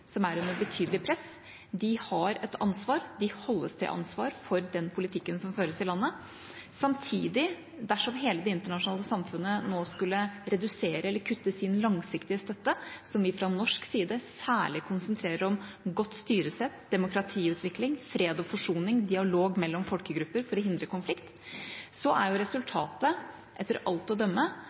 som er under betydelig press. De har et ansvar. De holdes til ansvar for den politikken som føres i landet. Samtidig, dersom hele det internasjonale samfunnet nå skulle redusere eller kutte sin langsiktige støtte – som vi fra norsk side særlig konsentrerer om godt styresett, demokratiutvikling, fred og forsoning, dialog mellom folkegrupper for å hindre konflikt – er resultatet etter alt å dømme